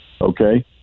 okay